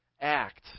act